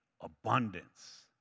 abundance